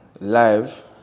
live